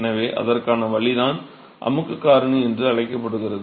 எனவே அதற்கான வழிதான் அமுக்குக் காரணி என்று அழைக்கப்படுகிறது